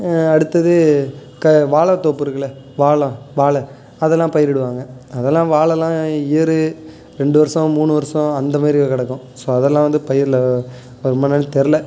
அடுத்தது க வாழைத்தோப்பு இருக்கில்ல வாழ வாழை அதெல்லாம் பயிரிடுவாங்க அதெல்லாம் வாழைலாம் இயரு ரெண்டு வருடம் மூணு வருடம் அந்தமாரி கிடக்கும் ஸோ அதெல்லாம் வந்து பயிரில் வருமா என்னான்னு தெரியல